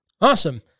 Awesome